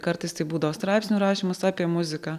kartais tai būdavo straipsnių rašymas apie muziką